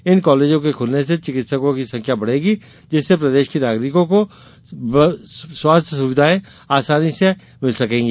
इन कालेजों के खूलने से चिकित्सकों की संख्या बढ़ेगी जिससे प्रदेश के नागरिकों को स्वास्थ्य सुविधा आसानी से मिल सकेगी